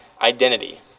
identity